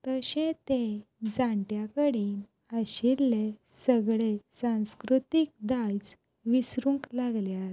तशें ते जाणट्यां कडेन आशिल्लें सगळे सांस्कृतीक दायज विसरूंक लागल्यात